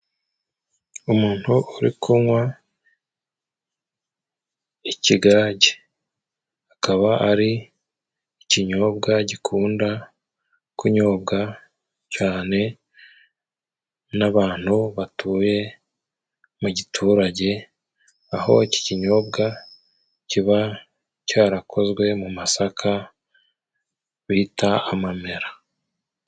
Umuntu uri kunywa ikigage akaba ari ikinyobwa gikunda kunyobwa cyane n'abantu batuye mu giturage aho iki kinyobwa kiba cyarakozwe mu masaka bita amamera.